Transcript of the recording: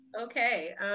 Okay